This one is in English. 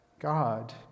God